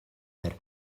per